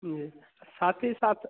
जी साथ ही साथ